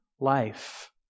life